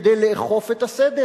כדי לאכוף את הסדר.